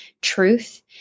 truth